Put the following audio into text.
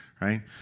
right